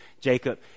Jacob